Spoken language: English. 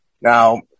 Now